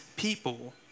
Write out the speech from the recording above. people